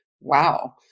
wow